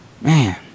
Man